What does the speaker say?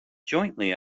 jointly